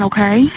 Okay